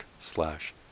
slash